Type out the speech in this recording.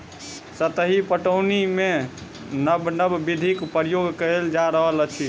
सतही पटौनीमे नब नब विधिक प्रयोग कएल जा रहल अछि